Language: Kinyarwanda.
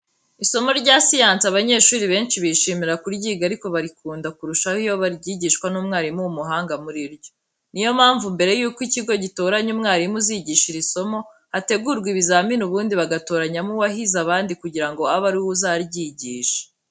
Isomo rya siyansi abanyeshuri benshi bishimira kuryiga ariko bakarikunda kurushaho iyo baryigishwa n'umwarimu w'umuhanga muri ryo. Ni yo mpamvu mbere yuko ikigo gitoranya umwarimu uzigisha iri somo, hategurwa ibizamini ubundi bagatoranyamo uwahize abandi kugira ngo abe ari we uzaryigisha.